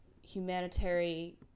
humanitarian